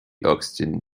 oxygen